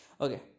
Okay